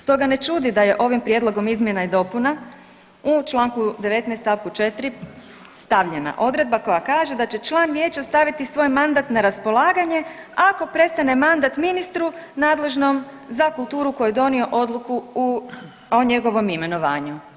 Stoga ne čudi da je ovim prijedlogom izmjena i dopuna u Članku 19. stavku 4. stavljena odredba koja kaže da će član vijeća staviti svoj mandat na raspolaganje ako prestane mandat ministru nadležnom za kulturu koji je donio odluku o njegovom imenovanju.